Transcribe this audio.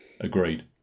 Agreed